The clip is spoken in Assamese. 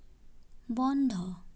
বন্ধ